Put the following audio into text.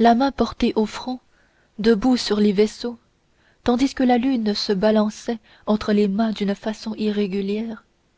la main portée au front debout sur les vaisseaux tandis que la lune se balançait entre les mâts d'une façon irrégulière